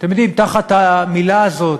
אתם יודעים, תחת המילה הזאת,